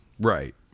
right